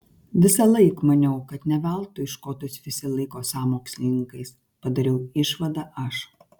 visąlaik maniau kad ne veltui škotus visi laiko sąmokslininkais padariau išvadą aš